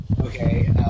okay